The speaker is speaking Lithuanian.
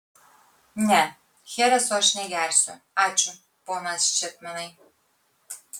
ne chereso aš negersiu ačiū ponas čepmenai